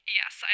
yes